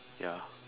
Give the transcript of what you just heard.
ya